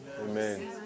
Amen